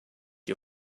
you